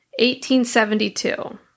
1872